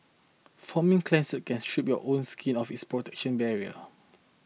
foaming cleansers can strip your own skin of its protection barrier